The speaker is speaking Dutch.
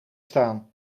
staan